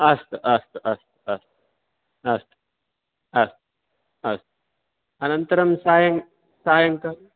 अस्तु अस्तु अस्तु अस्तु अस्तु अस्तु अनन्तरं सायं सायङ्काले